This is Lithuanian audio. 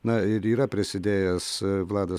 na ir yra prisidėjęs vladas